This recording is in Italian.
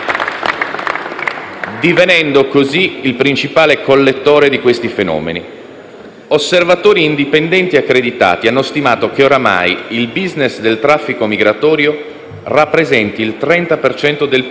divenendo così il principale collettore di questi fenomeni. Osservatori indipendenti accreditati hanno stimato che oramai il *business* del traffico migratorio rappresenta il 30 per